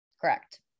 Correct